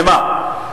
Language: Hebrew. למה?